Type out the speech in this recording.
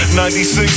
96